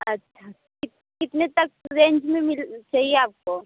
अच्छा कितने तक रेंज में मिल चाहिए आपको